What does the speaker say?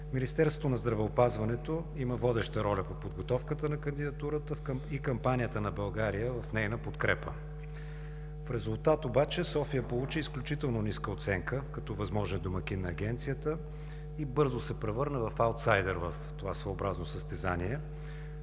Министерството на здравеопазването има водеща роля в подготовката на кандидатурата и кампанията на България в нейна подкрепа. В резултат обаче София получи изключително ниска оценка като възможен домакин на Агенцията и бързо се превърна в аутсайдер в това своеобразно състезание,